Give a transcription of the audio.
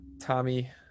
Tommy